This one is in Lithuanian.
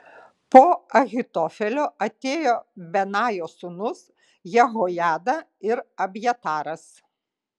po ahitofelio atėjo benajo sūnus jehojada ir abjataras